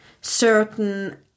certain